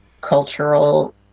cultural